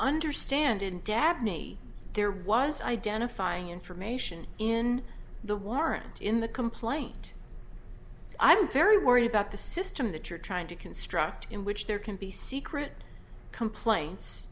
understand and dabney there was identifying information in the warrant in the complaint i'm very worried about the system that you're trying to construct in which there can be secret complaints